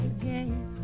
again